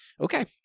okay